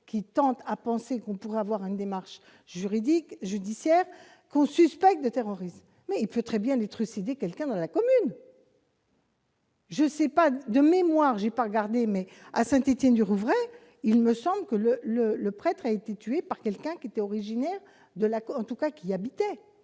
qui tendent à penser qu'on pourrait avoir une démarche juridique, judiciaire aux suspecte de terrorisme, il peut très bien le trucider quelqu'un dans la commune. Je sais pas de de mémoire, j'ai pas regardé mais à Saint-Étienne-du-Rouvray, il me semble que le le le prêtre a été tué par quelqu'un qui était originaire de l'accord, en tout cas qui y habitaient,